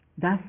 Thus